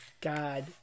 god